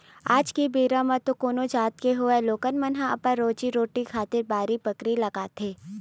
आज के बेरा म तो कोनो जात के होवय लोगन मन ह अपन रोजी रोटी खातिर बाड़ी बखरी लगाथे